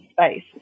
space